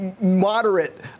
moderate